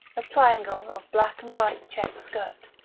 a triangle of black and white check skirt.